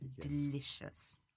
delicious